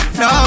no